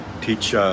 teach